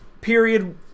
period